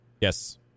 Yes